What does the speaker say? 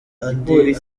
andi